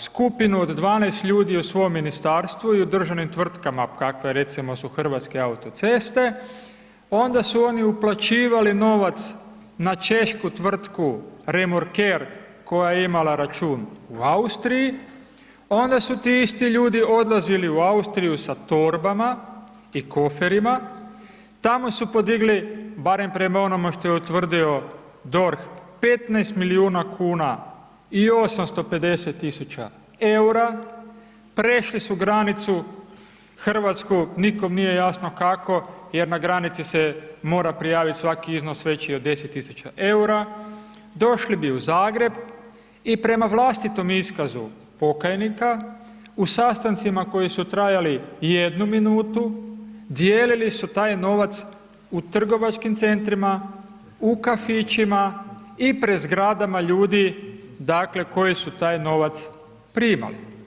skupinu od 12 ljudi u svom Ministarstvu i u državnim tvrtkama, kakve recimo su Hrvatske autoceste, onda su oni uplaćivali novac na češku tvrtku Remorker koja je imala račun u Austriji, onda su ti isti ljudi odlazili u Austriju sa torbama i koferima, tamo su podigli, barem prema onomu što je utvrdio DORH, 15 milijuna kuna i 850 tisuća EUR-a, prešli su granicu hrvatsku, nikom nije jasno kako, jer na granici se mora prijaviti svaki iznos veći od deset tisuća EUR-a, došli bi u Zagreb i prema vlastitom iskazu pokajnika u sastancima koji su trajali jednu minutu, dijelili su taj novac u trgovačkim centrima, u kafićima i pred zgradama ljudi, dakle, koji su taj novac primali.